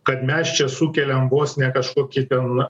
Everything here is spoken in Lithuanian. kad mes čia sukeliam vos ne kažkokį ten